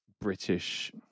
British